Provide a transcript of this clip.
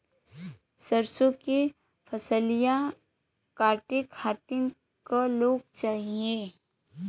सरसो के फसलिया कांटे खातिन क लोग चाहिए?